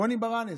רוני ברנס.